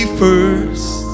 first